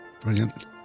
Brilliant